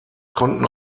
konnten